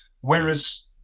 Whereas